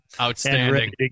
Outstanding